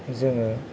जोङो